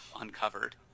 uncovered